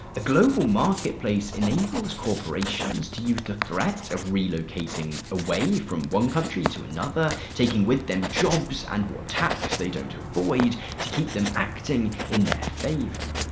a global marketplace enables corporations to use the threat of relocating away from one country to another taking with them jobs and what tax they don't avoid to keep them acting in their favor.